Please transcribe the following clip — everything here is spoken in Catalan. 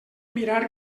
mirar